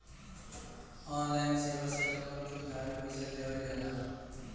online सेवा से लोगन के उधार पईसा देहल जाला